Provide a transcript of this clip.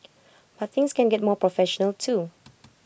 but things can get more professional too